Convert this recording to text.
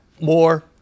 more